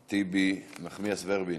טיבי, נחמיאס ורבין?